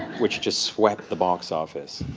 which just swept the box office.